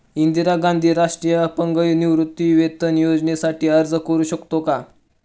इंदिरा गांधी राष्ट्रीय अपंग निवृत्तीवेतन योजनेसाठी अर्ज करू शकतो का?